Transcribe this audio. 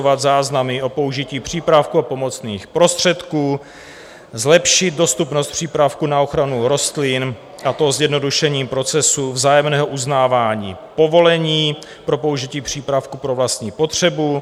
dále elektronizovat záznamy o použití přípravků a pomocných prostředků, zlepšit dostupnost přípravků na ochranu rostlin, a to zjednodušením procesu vzájemného uznávání povolení pro použití přípravku pro vlastní potřebu;